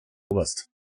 oberst